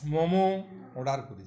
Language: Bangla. মোমো অর্ডার করেছি